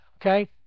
okay